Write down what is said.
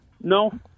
No